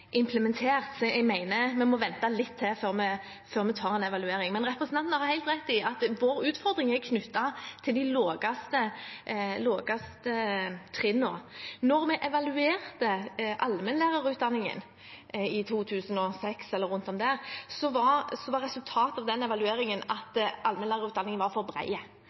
implementert, så jeg mener vi må vente litt til før vi tar en evaluering. Representanten har helt rett i at vår utfordring er knyttet til de laveste trinnene. Da vi evaluerte allmennlærerutdanningen i 2006, var resultatet av den evalueringen at allmennlærerutdanningen var for bred. Så